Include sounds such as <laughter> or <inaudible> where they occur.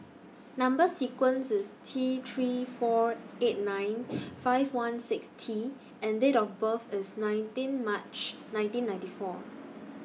Number sequence IS T three four eight nine <noise> five one six T and Date of birth IS nineteen March nineteen ninety four